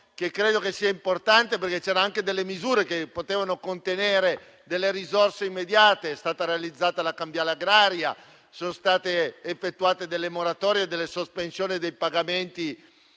credo sia importante, perché c'erano delle misure che potevano contenere delle risorse immediate; è stata realizzata la cambiale agraria e sono state effettuate delle moratorie e delle sospensioni dei pagamenti